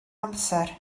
amser